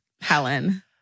Helen